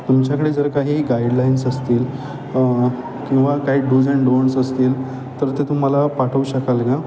तुमच्याकडे जर काही गाईडलाइन्स असतील किंवा काही डूज अँड डोन्ट्स असतील तर ते तुम्ही मला पाठवू शकाल का